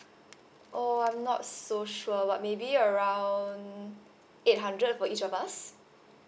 oh I'm not so sure but maybe around eight hundred for each of us